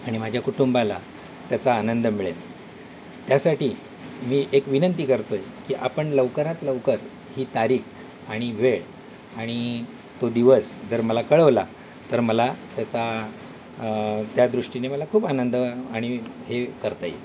आणि माझ्या कुटुंबाला त्याचा आनंद मिळेल त्यासाठी मी एक विनंती करतो आहे की आपण लवकरात लवकर ही तारीख आणि वेळ आणि तो दिवस जर मला कळवला तर मला त्याचा त्या दृष्टीने मला खूप आनंद आणि हे करता येईल